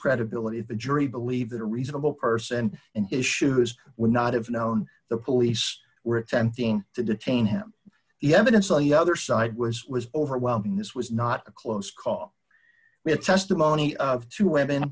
credibility if the jury believed that a reasonable person in his shoes would not have known the police were attempting to detain him he evidently other side was was overwhelming this was not a close call with testimony of two women